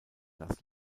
das